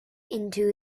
into